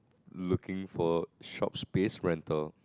looking for short space rental